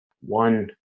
one